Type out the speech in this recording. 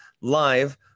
live